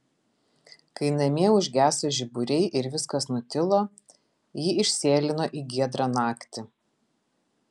kai namie užgeso žiburiai ir viskas nutilo ji išsėlino į giedrą naktį